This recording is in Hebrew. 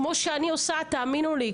כמו שאני עושה תאמינו לי,